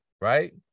Right